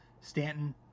Stanton